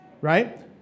Right